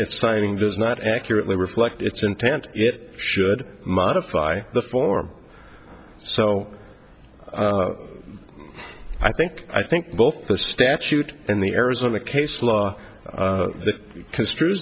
in signing does not accurately reflect its intent it should modify the form so i think i think both the statute and the arizona case law that construe